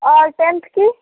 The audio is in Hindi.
और टेन्थ की